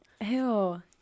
Ew